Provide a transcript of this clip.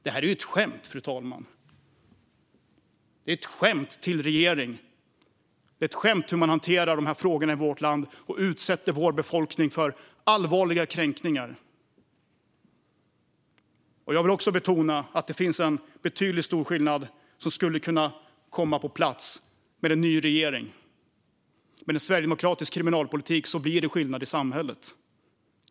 Det här är ju ett skämt, fru talman. Det är ett skämt till regering. Det är ett skämt hur man hanterar dessa frågor i vårt land och utsätter vår befolkning för allvarliga kränkningar. Jag vill också betona att det skulle bli en betydande skillnad med en ny regering. Med en sverigedemokratisk kriminalpolitik blir det skillnad i samhället.